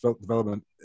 Development